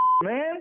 man